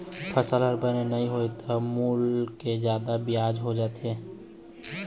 फसल ह बने नइ होइस त मूल ले जादा बियाज ह हो जाथे